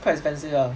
quite expensive lah